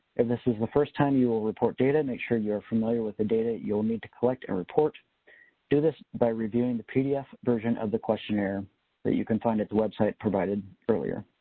and this is the first time you will report data and make sure you're familiar with the data you'll need to collect and report do this by reviewing the pdf version of the questionnaire that you can find at the website provided earlier.